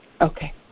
Okay